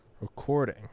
recording